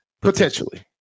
potentially